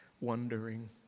wondering